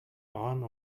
one